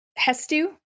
Hestu